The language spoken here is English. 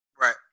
Right